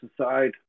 aside